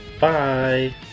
Bye